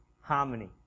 harmony